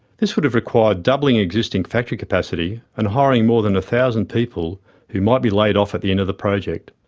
this would have required doubling existing factory capacity, and hiring more than a thousand people who might be laid off at the end of the project.